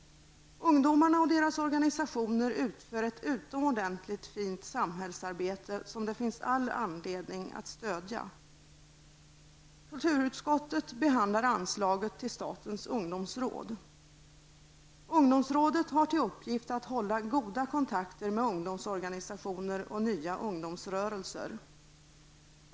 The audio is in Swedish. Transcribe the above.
Ungdomarna och deras organisationer utför ett utomordentligt fint samhällsarbete som det finns all anledning att stödja. Kulturutskottet behandlar anslaget till statens ungdomsråd. Ungdomsrådet har till uppgift att ha goda kontakter med ungdomsorganisationer och nya ungdomsrörelser.